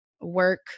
work